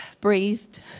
breathed